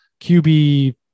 QB